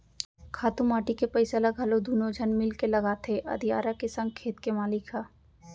खातू माटी के पइसा ल घलौ दुनों झन मिलके लगाथें अधियारा के संग खेत के मालिक ह